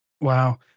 Wow